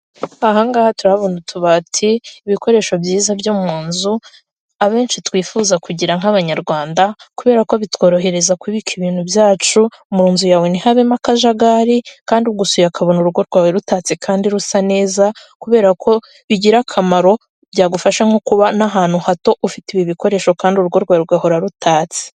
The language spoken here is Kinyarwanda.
Ahangaha turahabona utubati, ibikoresho byiza byo mu nzu, abenshi twifuza kugira nk'abanyarwanda kubera ko bitworohereza kubika ibintu byacu, mu nzu yawe ntihabemo akajagari, kandi ugusuye ukabona urugo rwawe rutatse kandi rusa neza, kubera ko bigira akamaro byagufasha nko kuba n'ahantu hato ufite ibi bikoresho kandi urugo rwa rugahora rutatse.